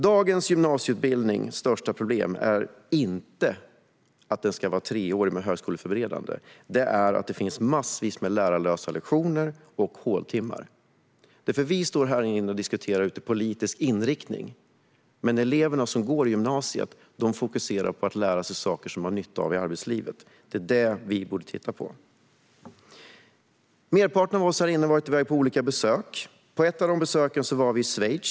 Det största problemet med dagens gymnasieutbildning är inte att den ska vara treårig och högskoleförberedande utan att det är massvis med lärarlösa lektioner och håltimmar. Vi diskuterar politisk inriktning, men eleverna som går i gymnasiet fokuserar på att lära sig saker de har nytta av i arbetslivet. Det är sådana frågor vi borde titta på. Merparten av oss här i kammaren har varit på olika besök. Vid ett av dessa besök var vi i Schweiz.